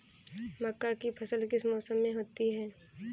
मक्का की फसल किस मौसम में होती है?